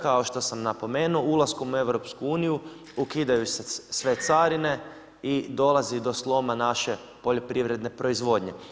Kao što sam napomenuo, ulaskom u EU, ukidaju se sve carine i dolazi do sloma naše poljoprivredne proizvodnje.